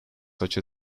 such